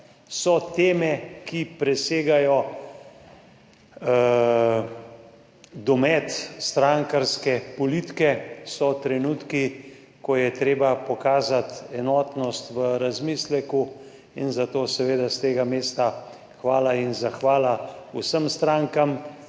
So teme, ki presegajo domet strankarske politike, so trenutki, ko je treba pokazati enotnost v razmisleku, in zato seveda s tega mesta hvala in zahvala vsem strankam,